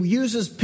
uses